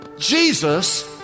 Jesus